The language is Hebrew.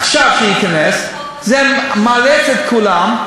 עכשיו כשייכנס, זה מאלץ את כולם,